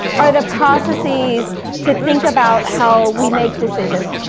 are the processes to think about how we make decisions.